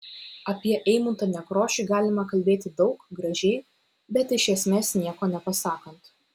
apie eimuntą nekrošių galima kalbėti daug gražiai bet iš esmės nieko nepasakant